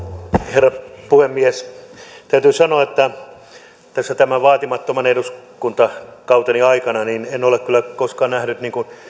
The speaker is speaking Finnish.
herra puhemies täytyy sanoa että tämän vaatimattoman eduskuntakauteni aikana en ole kyllä koskaan nähnyt